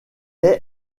est